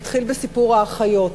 נתחיל בסיפור האחיות: